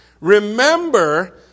Remember